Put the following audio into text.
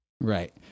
Right